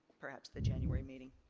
perhaps the gen board meeting.